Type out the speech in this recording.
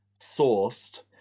sourced